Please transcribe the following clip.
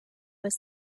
was